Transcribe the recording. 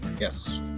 Yes